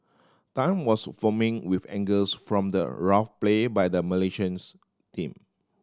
Tan was foaming with angers from the rough play by the Malaysians team